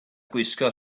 gwisgo